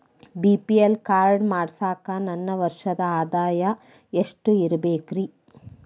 BPL card ಮಾಡ್ಸಾಕ ನನ್ನ ವರ್ಷದ್ ಆದಾಯ ಎಷ್ಟ ಇರಬೇಕ್ರಿ?